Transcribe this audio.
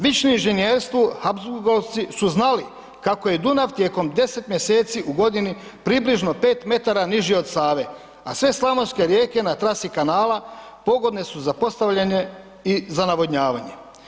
Vični inženjerstvu Habsburgovci su znali kako je Dunav tijekom deset mjeseci u godini približno 5 metara niži od Save, a sve slavonske rijeke na trasi kanala pogodne su za postavljanje i navodnjavanje.